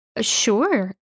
Sure